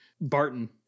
Barton